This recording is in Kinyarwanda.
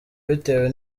bitewe